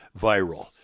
viral